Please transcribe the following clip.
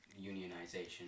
unionization